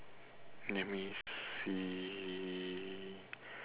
let me see